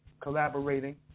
Collaborating